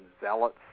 zealots